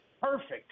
Perfect